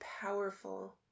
powerful